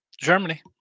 Germany